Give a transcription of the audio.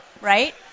right